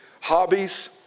hobbies